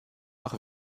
noch